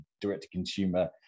direct-to-consumer